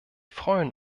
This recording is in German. freuen